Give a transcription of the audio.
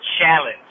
Challenge